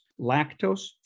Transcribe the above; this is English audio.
Lactose